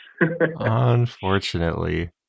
Unfortunately